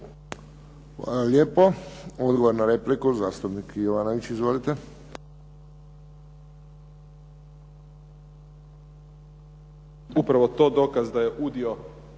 Hvala lijepo. Odgovor na repliku zastupnik Jovanović. Izvolite.